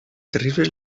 terribles